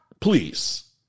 Please